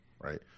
Right